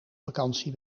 vakantie